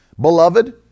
beloved